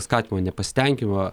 skatima nepasitenkinimą